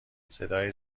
صدای